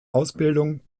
ausbildung